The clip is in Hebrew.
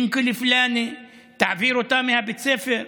העבר פלוני,) תעביר אותם מבית הספר,